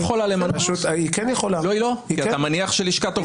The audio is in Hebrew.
אתם חשפתם את הכוונה הגדולה שלכם לייצר פה דיקטטורה,